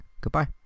Goodbye